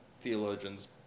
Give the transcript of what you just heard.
theologians